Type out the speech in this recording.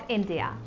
India